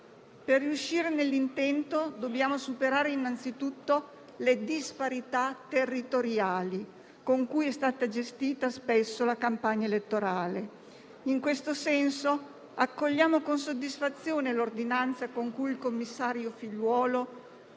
Per riuscire nell'intento dobbiamo superare innanzitutto le disparità territoriali, con cui spesso è stata gestita la campagna vaccinale. In questo senso accogliamo con soddisfazione l'ordinanza con cui il commissario Figliuolo